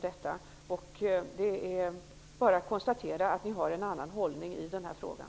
Det är bara att konstatera att ni har en annan hållning i den här frågan.